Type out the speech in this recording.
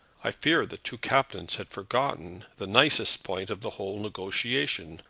i fear the two captains had forgotten the nicest point of the whole negotiation.